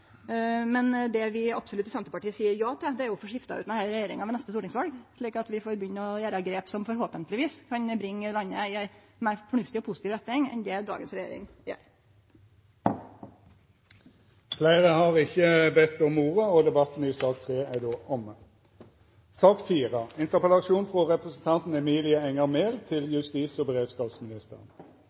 Men det vi i Senterpartiet absolutt seier ja til, er å få skifte ut denne regjeringa ved neste stortingsval, slik at vi får begynt å gjere grep som forhåpentlegvis kan bringe landet i ei meir fornuftig og positiv retning enn det dagens regjering gjer. Fleire har ikkje bedt om ordet til sak nr. 3. Domstolkommisjonens rapport om domstolstruktur ble lagt fram 1. oktober 2019. Utvalget anbefaler å redusere antall tingretter fra 60 til 22 og